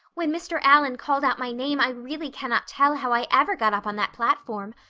when mr. allan called out my name i really cannot tell how i ever got up on that platform.